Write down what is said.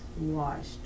washed